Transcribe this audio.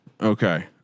okay